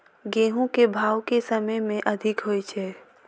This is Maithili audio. गेंहूँ केँ भाउ केँ समय मे अधिक होइ छै?